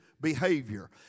behavior